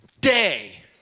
day